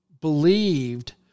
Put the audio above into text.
believed